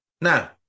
Now